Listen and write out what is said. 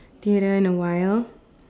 theatre in a while